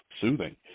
soothing